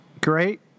Great